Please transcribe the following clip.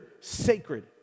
sacred